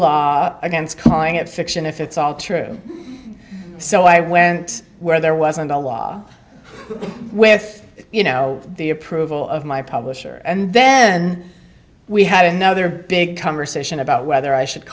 law against calling it fiction if it's all true so i went where there wasn't a lot with you know the approval of my publisher and then we had another big conversation about whether i should